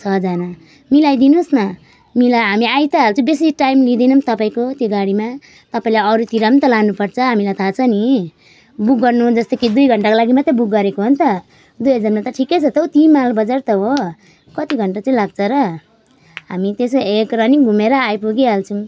छजना मिलाइदिनु होस् मिलाएर हामी आई त हाल्छौँ बेसी टाइम लिँदिनौँ तपाईँको त्यो गाडीमा तपाईँलाई अरूतिर पनि त लानुपर्छ हामीलाई थाहा छ नि बुक गर्नु जस्तो कि दुई घन्टाको लागि मात्रै बुक गरेको हो नि त दुई हजारमा त ठिकै छ त हौ त्यहीँ मालबजार त हो कति घन्टा चाहिँ लाग्छ र हामी त्यसै एक रानिङ घुमेर आइपुगी हाल्छौँ